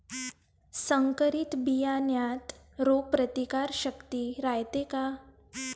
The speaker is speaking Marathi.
संकरित बियान्यात रोग प्रतिकारशक्ती रायते का?